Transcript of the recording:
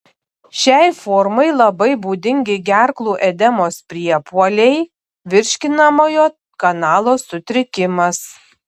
šiai formai labai būdingi gerklų edemos priepuoliai virškinamojo kanalo sutrikimas